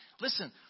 Listen